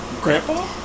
grandpa